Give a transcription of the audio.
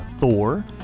Thor